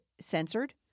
censored